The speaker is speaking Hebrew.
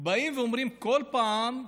באים ואומרים כל פעם,